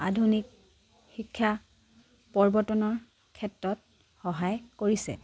আধুনিক শিক্ষা প্ৰৱৰ্তনৰ ক্ষেত্ৰত সহায় কৰিছে